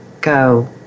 go